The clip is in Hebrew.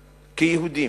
כיהודים,